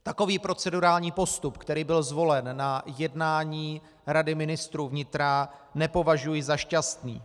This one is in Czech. Takový procedurální postup, který byl zvolen na jednání Rady ministrů vnitra, nepovažuji za šťastný.